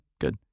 Good